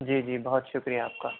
جی جی بہت شکریہ آپ کا